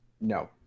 No